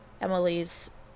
emily's